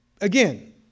again